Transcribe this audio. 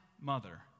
mother